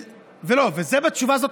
ואת זה לא כתוב בתשובה הזאת,